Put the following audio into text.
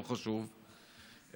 לא חשוב,